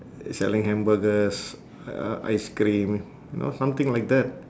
selling hamburgers ice cream you know something like that